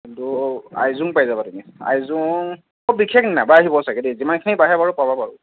কিন্তু আইজং পাই যাবা তুমি আইজং খুব বিশেষ নাবাঢ়িব চাগে দেই যিমানখিনি বাঢ়ে বাৰু পাবা বাৰু